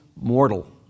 mortal